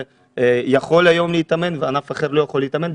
יכול היום להתאמן וענף אחר לא יכול להתאמן,